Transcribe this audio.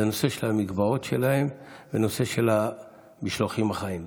בנושא המגבעות שלהם ובנושא המשלוחים החיים.